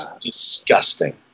Disgusting